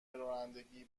رانندگی